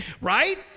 Right